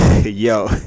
yo